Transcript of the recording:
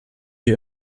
wir